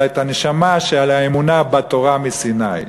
אלא את הנשמה של האמונה בתורה מסיני.